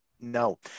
no